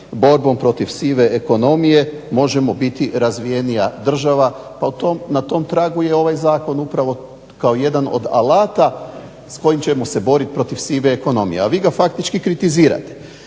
borbom protiv sive ekonomije možemo biti razvijenija država. Pa na tom tragu je ovaj zakon upravo kao jedan od alata s kojim ćemo se boriti protiv sive ekonomije, a vi ga faktički kritizirate.